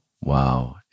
wow